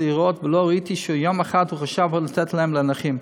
ולא ראיתי שיום אחד הוא חשב לתת לנכים.